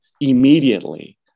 immediately